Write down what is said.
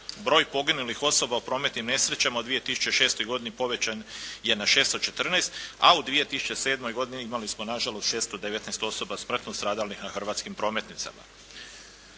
Broj poginulih osoba u prometnim nesrećama u 2006. godini povećan je na 614 a u 2007. godini imali smo nažalost 619 osoba smrtno stradalih na hrvatskim prometnicama.